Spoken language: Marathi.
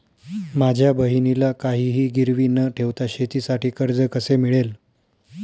माझ्या बहिणीला काहिही गिरवी न ठेवता शेतीसाठी कर्ज कसे मिळेल?